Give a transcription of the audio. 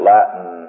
Latin